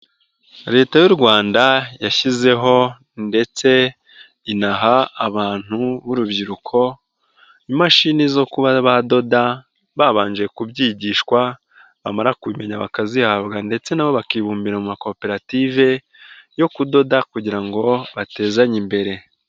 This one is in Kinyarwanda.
Leta y'u Rwanda yashyizeho ndetse inaha abantu b'urubyiruko, imashini zo kuba badoda, babanje kubyigishwa, bamara kubimenya bakazihabwa ndetse na bo bakibumbira mu makoperative, yo kudoda kugira ngo batezanye imbere.